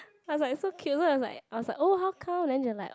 I'm like so cute look I'm like I was like oh how come then she was like